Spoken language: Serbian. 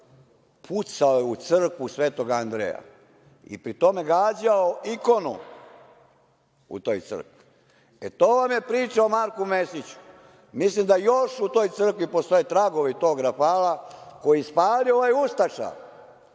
Pucao je u crkvu Svetog Andreja i pri tome gađao ikonu u toj crkvi. To vam je priča o Marku Mesiću. Mislim da još u toj crkvi postoje tragovi tog rafala koji je ispalio ovaj ustaša